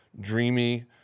dreamy